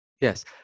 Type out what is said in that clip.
Yes